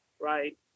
right